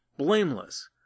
blameless